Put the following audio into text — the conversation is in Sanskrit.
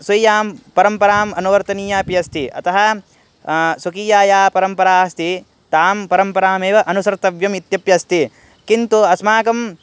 स्वीयपरम्पराम् अनुवर्तनीयमपि अस्ति अतः स्वकीया या परम्परा अस्ति तां परम्परामेव अनुसर्तव्यम् इत्यपि अस्ति किन्तु अस्माकं